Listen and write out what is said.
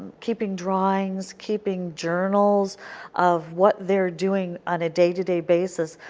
keeping drawings, keeping journals of what they are doing on a day to day basis,